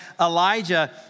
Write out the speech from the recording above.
Elijah